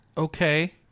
Okay